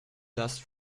dust